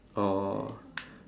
oh